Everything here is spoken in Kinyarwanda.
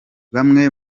bamwe